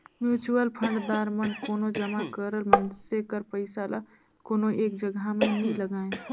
mutual fund दार मन कोनो जमा करल मइनसे कर पइसा ल कोनो एक जगहा में नी लगांए